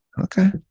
Okay